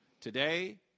today